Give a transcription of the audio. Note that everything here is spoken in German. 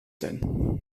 denn